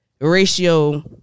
ratio